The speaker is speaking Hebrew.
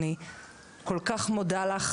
אני כל כך מודה לך